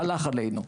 הלך עלינו.